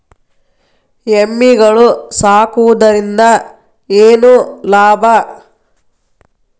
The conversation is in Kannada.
ಎಮ್ಮಿಗಳು ಸಾಕುವುದರಿಂದ ಏನು ಲಾಭ?